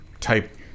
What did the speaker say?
type